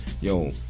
Yo